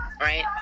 right